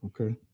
okay